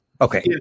Okay